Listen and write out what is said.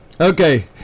Okay